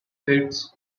fits